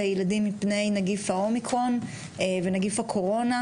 הילדים מפני נגיף האומיקרון ונגיף הקורונה,